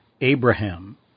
Abraham